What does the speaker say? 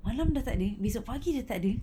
malam dah tak ada besok pagi dah tak ada